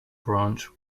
branch